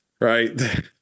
right